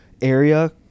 area